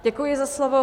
Děkuji za slovo.